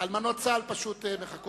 אלמנות צה"ל מחכות.